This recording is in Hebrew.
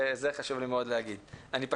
מאוד חשוב לי להגיד את זה.